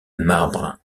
marbre